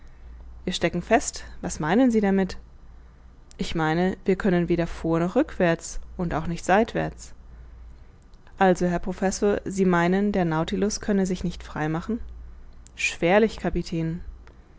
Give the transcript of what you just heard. wir stecken fest was meinen sie damit ich meine wir können weder vor noch rückwärts und auch nicht seitwärts also herr professor sie meinen der nautilus könne sich nicht frei machen schwerlich kapitän